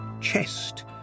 chest